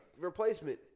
replacement